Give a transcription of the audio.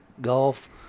golf